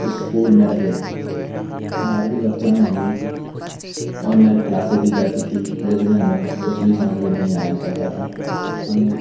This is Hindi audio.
इस्कूल में रहे बारवीं कक्षा में हमें औनलाइन क्लासेस दी जाती थी जिसमें हमें कुछ भी समझ में नहीं आया करता था हमें